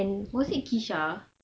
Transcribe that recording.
was it kesha